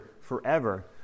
forever